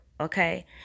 Okay